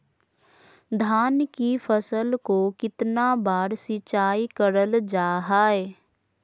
धान की फ़सल को कितना बार सिंचाई करल जा हाय?